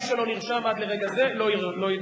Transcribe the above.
מי שלא נרשם עד לרגע זה לא ידבר,